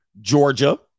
Georgia